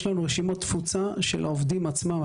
יש לנו רשימות תפוצה של העובדים אצלם.